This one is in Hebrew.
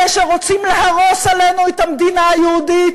אלה שרוצים להרוס עלינו את המדינה היהודית